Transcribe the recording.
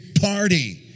party